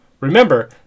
Remember